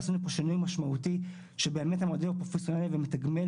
עשינו פה שינוי משמעותי שהמודל הוא פרופסיונלי ומתגמל